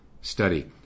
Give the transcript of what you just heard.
study